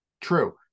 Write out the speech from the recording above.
True